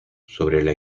sobre